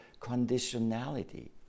conditionality